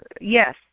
Yes